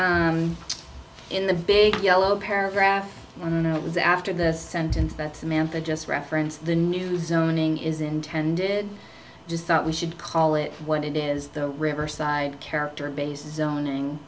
called in the big yellow paragraph on and it was after the sentence that samantha just referenced the news zoning is intended just thought we should call it what it is the riverside character based zoning